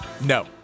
No